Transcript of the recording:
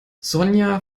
sonja